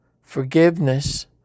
forgiveness